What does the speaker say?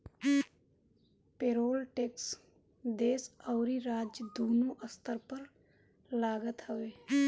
payroll tax देस अउरी राज्य दूनो स्तर पर लागत हवे